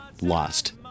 lost